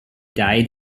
died